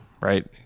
right